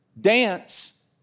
Dance